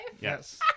Yes